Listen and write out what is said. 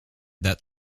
that